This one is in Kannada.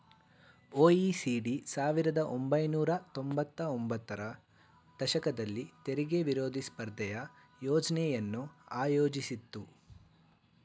ಒ.ಇ.ಸಿ.ಡಿ ಸಾವಿರದ ಒಂಬೈನೂರ ತೊಂಬತ್ತ ಒಂಬತ್ತರ ದಶಕದಲ್ಲಿ ತೆರಿಗೆ ವಿರೋಧಿ ಸ್ಪರ್ಧೆಯ ಯೋಜ್ನೆಯನ್ನು ಆಯೋಜಿಸಿತ್ತು